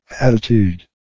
attitude